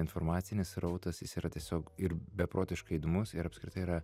informacinis srautas jis yra tiesiog ir beprotiškai įdomus ir apskritai yra